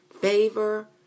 Favor